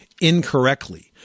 incorrectly